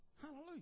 Hallelujah